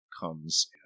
comes